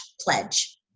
pledge